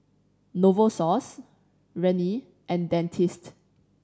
Novosource Rene and Dentiste